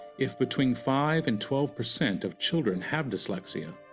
if between five and twelve percent of children have dyslexia,